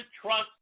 trust